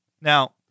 Now